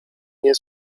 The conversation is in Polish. nie